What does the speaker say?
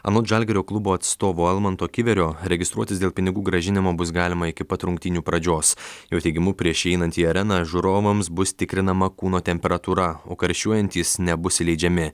anot žalgirio klubo atstovo almanto kiverio registruotis dėl pinigų grąžinimo bus galima iki pat rungtynių pradžios jo teigimu prieš įeinant į areną žiūrovams bus tikrinama kūno temperatūra o karščiuojantys nebus įleidžiami